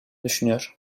düşünüyor